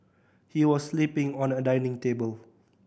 he was sleeping on a dining table